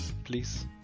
Please